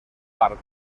part